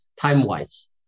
time-wise